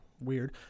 weird